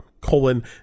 colon